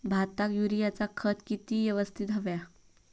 भाताक युरियाचा खत किती यवस्तित हव्या?